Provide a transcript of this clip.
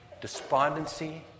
despondency